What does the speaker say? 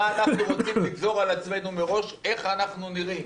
מה אנחנו רוצים לגזור על עצמנו מראש איך אנחנו נראים